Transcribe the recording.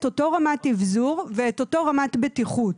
אותה רמת אבזור ואת אותה רמת בטיחות.